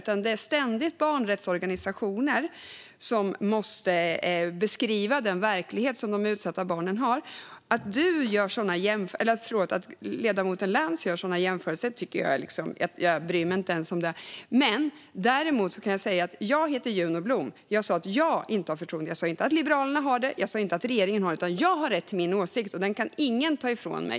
I stället är det ständigt barnrättsorganisationer som måste beskriva de utsatta barnens verklighet. Att ledamoten Lantz gör sådana här jämförelser bryr jag mig inte om. Men jag heter Juno Blom, och jag sa att jag inte har förtroende. Jag sa inte att Liberalerna eller regeringen inte har det. Jag har rätt till min åsikt, och den kan ingen ta ifrån mig.